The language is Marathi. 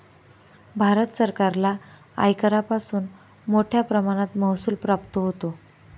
भारत सरकारला आयकरापासून मोठया प्रमाणात महसूल प्राप्त होतो